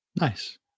Nice